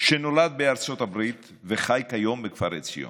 שנולד בארצות הברית וחי כיום בכפר עציון.